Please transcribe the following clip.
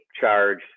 charge